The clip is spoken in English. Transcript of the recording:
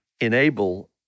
enable